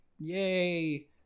Yay